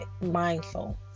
mindful